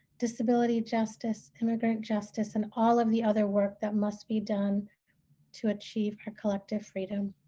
disability justice, immigrant justice, and all of the other work that must be done to achieve our collective freedom.